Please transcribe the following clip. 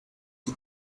you